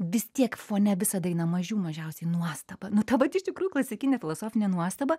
vis tiek fone visada eina mažių mažiausiai nuostaba nu ta vat iš tikrųjų klasikinė filosofinė nuostaba